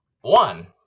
one